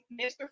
Mr